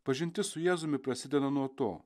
pažintis su jėzumi prasideda nuo to